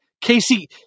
Casey